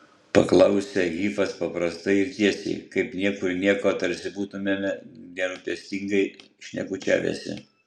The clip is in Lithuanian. paklausė hifas paprastai ir tiesiai kaip niekur nieko tarsi būtumėme nerūpestingai šnekučiavęsi